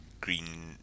green